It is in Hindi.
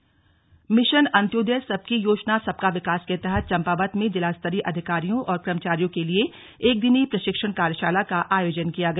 सबकी योजना सबका विकास मिशन अंत्योदय सबकी योजना सबका विकास के तहत चम्पावत में जिलास्तरीय अधिकारियों और कर्मचारियों के लिए एक दिनी प्रशिक्षण कार्यशाला का आयोजन किया गया